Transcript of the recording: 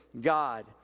God